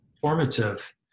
formative